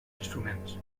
instruments